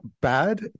bad